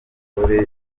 abagore